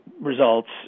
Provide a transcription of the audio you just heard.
results